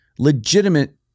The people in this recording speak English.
Legitimate